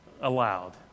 allowed